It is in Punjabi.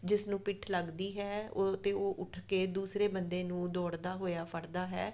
ਜਿਸ ਨੂੰ ਪਿੱਠ ਲੱਗਦੀ ਹੈ ਉਹ ਤਾਂ ਉਹ ਉੱਠ ਕੇ ਦੂਸਰੇ ਬੰਦੇ ਨੂੰ ਦੌੜਦਾ ਹੋਇਆ ਫੜਦਾ ਹੈ